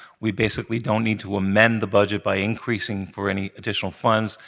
we basically don't need to amend the budget by increasing for any additional funds,